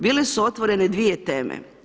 Bile su otvorene dvije teme.